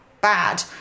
bad